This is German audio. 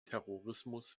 terrorismus